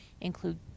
include